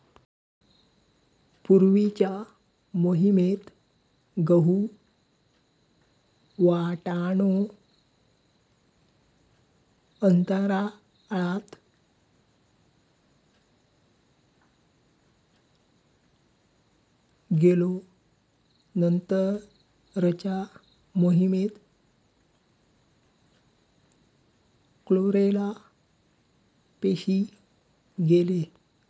पूर्वीच्या मोहिमेत गहु, वाटाणो अंतराळात गेलो नंतरच्या मोहिमेत क्लोरेला पेशी गेले